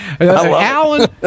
alan